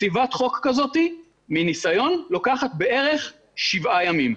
כתיבת חוק כזאת מניסיון לוקחת בערך שבעה ימים.